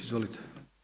Izvolite.